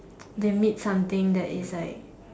they meet something that is like